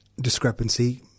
discrepancy